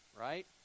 right